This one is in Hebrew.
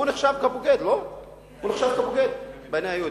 הוא נחשב כבוגד בעיני היהודים,